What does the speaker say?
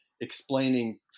explaining